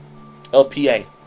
LPA